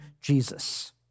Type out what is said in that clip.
Jesus